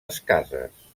escasses